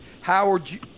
Howard